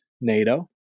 NATO